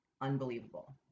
unbelievable